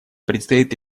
предстоит